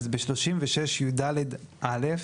אז ב-36יד(א)